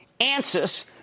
Ansys